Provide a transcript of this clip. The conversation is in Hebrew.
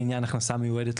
לעניין הכנסה מיועדת,